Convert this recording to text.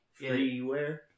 freeware